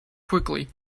quickly